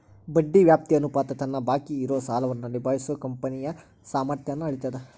ಬಡ್ಡಿ ವ್ಯಾಪ್ತಿ ಅನುಪಾತ ತನ್ನ ಬಾಕಿ ಇರೋ ಸಾಲವನ್ನ ನಿಭಾಯಿಸೋ ಕಂಪನಿಯ ಸಾಮರ್ಥ್ಯನ್ನ ಅಳೇತದ್